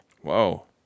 whoa